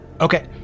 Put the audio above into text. Okay